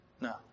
No